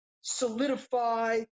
solidify